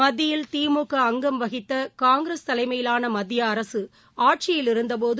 மத்தியில் திமுக அங்கம் வகித்த காங்கிரஸ் தலைமையிலான மத்திய அரசு ஆட்சியில் இருந்த போது